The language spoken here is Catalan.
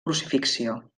crucifixió